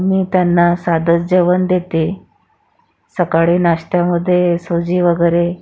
मी त्यांना साधंच जेवण देते सकाळी नाष्ट्यामधे सूजी वगैरे